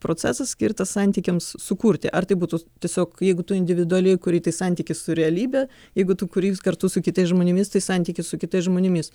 procesas skirtas santykiams sukurti ar tai būtų tiesiog jeigu tu individualiai kuri tai santykis su realybe jeigu tu kuri kartu su kitais žmonėmis tai santykis su kitais žmonėmis